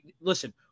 listen